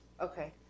Okay